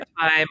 time